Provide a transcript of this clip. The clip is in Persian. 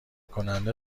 کننده